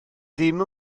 ddim